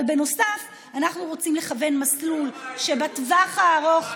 אבל בנוסף אנחנו רוצים לכוון מסלול שבטווח הארוך,